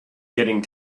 getting